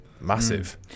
massive